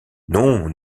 non